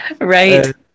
Right